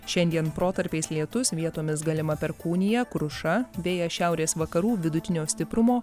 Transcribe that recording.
šiandien protarpiais lietus vietomis galima perkūnija kruša vėjas šiaurės vakarų vidutinio stiprumo